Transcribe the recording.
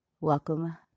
Welcome